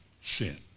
sin